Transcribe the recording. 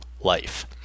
life